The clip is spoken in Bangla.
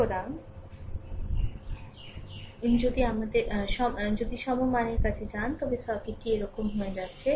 সুতরাং যদি সমমানের কাছে যান তবে সার্কিটটি এরকম হয়ে যাচ্ছে